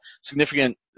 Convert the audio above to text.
significant